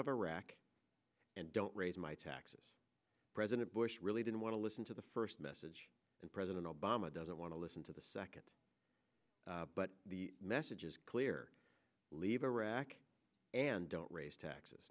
of iraq and don't raise my taxes president bush really didn't want to listen to the first message and president obama doesn't want to listen to the second but the message is clear leave iraq and don't raise